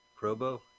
Probo